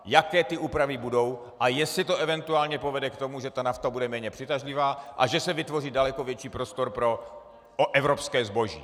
Jaké ty úpravy budou a jestli to eventuálně povede k tomu, že ta NAFTA bude méně přitažlivá a že se vytvoří daleko větší prostor pro evropské zboží.